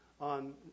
On